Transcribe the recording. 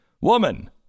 Woman